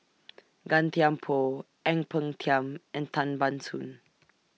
Gan Thiam Poh Ang Peng Tiam and Tan Ban Soon